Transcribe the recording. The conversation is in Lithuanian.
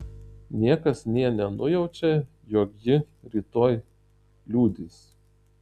niekas nė nenujaučia jog ji rytoj liudys